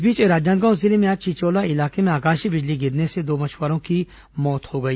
इस बीच राजनांदगांव जिले में आज चिचौला इलाके में आकाशीय बिजली गिरने से दो मछुवारों की मौत हो गई